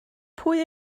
pwy